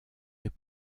est